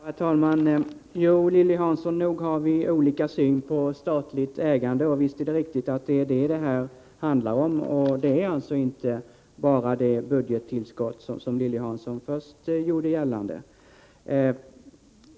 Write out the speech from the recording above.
Herr talman! Jo, Lilly Hansson, nog har vi olika syn på statligt ägande, och visst är det riktigt att det är detta det hela handlar om. Det handlar alltså inte bara om det budgettillskott som Lilly Hansson först gjorde gällande.